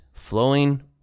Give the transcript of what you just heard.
flowing